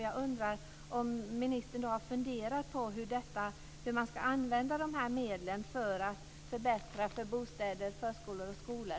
Jag undrar om ministern har funderat på hur man ska använda de här medlen för att förbättra för bostäder, förskolor och skolor.